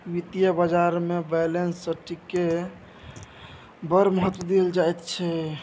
वित्तीय बाजारमे बैलेंस शीटकेँ बड़ महत्व देल जाइत छै